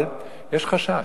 אבל יש חשש.